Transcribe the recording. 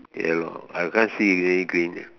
yellow I can't see any green